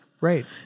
Right